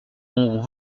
ont